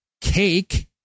cake